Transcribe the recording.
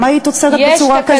גם היית עוצרת בצורה כזאת?